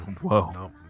Whoa